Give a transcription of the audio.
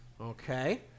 Okay